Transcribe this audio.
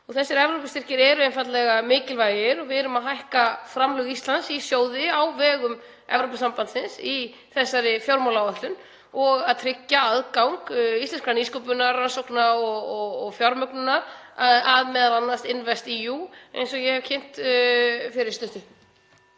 Þessir Evrópustyrkir eru einfaldlega mikilvægir og við erum að hækka framlög Íslands í sjóði á vegum Evrópusambandsins í þessari fjármálaáætlun og tryggja aðgang íslenskrar nýsköpunar, rannsókna og fjármögnunar að m.a. Invest in You, eins og ég kynnti fyrir stuttu.